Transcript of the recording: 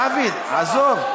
דוד, עזוב.